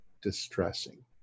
distressing